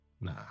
Nah